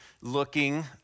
looking